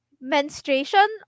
menstruation